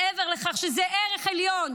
מעבר לכך שזה ערך עליון